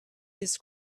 his